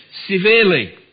severely